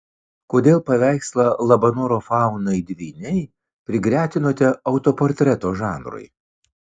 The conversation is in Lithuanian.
kodėl paveikslą labanoro faunai dvyniai prigretinote autoportreto žanrui